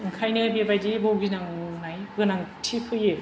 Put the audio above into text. ओंखायनो बेबायदि बुगिनांनाय गोनांथि फैयो